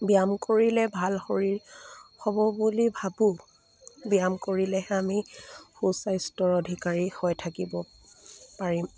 ব্যায়াম কৰিলে ভাল শৰীৰ হ'ব বুলি ভাবো ব্যায়াম কৰিলেহে আমি সুস্বাস্থ্যৰ অধিকাৰী হৈ থাকিব পাৰিম